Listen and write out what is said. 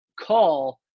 call